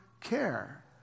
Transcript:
care